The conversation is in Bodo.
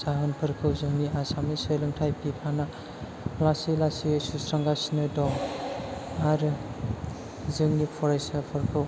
जाहोनफोरखौ जोंनि आसामनि सोलोंथाय बिफाना लासै लासैयै सुस्रांगासिनो दं आरो जोंनि फरायसाफोरखौ